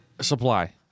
supply